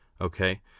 Okay